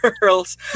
girls